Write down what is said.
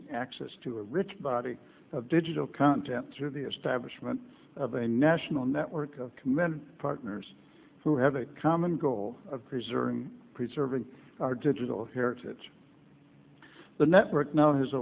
g access to a rich body of digital content through the establishment of a national network of command partners who have a common goal of preserving preserving our digital heritage the network now h